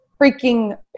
freaking